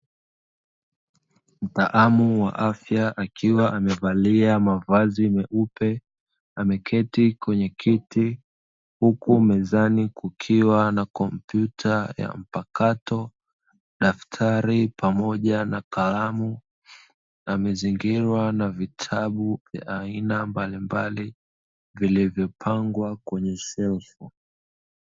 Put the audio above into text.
Mtaalamu wa afya akiwa maevalia mavazi meupe ameketi kwenye kiti, huku mezani kukiwa na kompyuta ya mpakato, daftari pamoja na kalamu. Amezingirwa na vitabu vya aina mbalimbali vilivyopangwa kwenye shelfu.